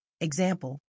Example